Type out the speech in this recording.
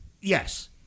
Yes